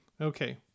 Okay